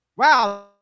Wow